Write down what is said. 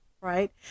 right